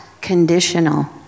conditional